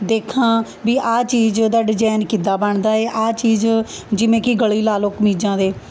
ਦੇਖਾਂ ਵੀ ਆਹ ਚੀਜ਼ ਦਾ ਡਿਜ਼ਾਈਨ ਕਿੱਦਾਂ ਬਣਦਾ ਏ ਆਹ ਚੀਜ਼ ਜਿਵੇਂ ਕਿ ਗਲੇ ਹੀ ਲਾ ਲਉ ਕਮੀਜ਼ਾਂ ਦੇ